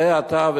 צא אתה,